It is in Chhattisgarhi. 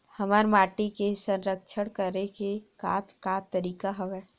हमर माटी के संरक्षण करेके का का तरीका हवय?